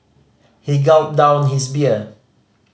he gulped down his beer